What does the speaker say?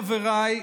חבריי,